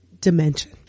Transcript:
dimension